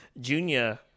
Junior